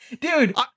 Dude